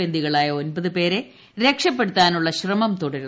ബന്ദികളായ ഒൻപത്പേരെ രക്ഷപ്പെടുത്താനുള്ള ശ്രമം തുടരുന്നു